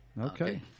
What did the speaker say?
Okay